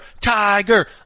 Tiger